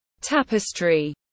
Tapestry